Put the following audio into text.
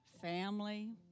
family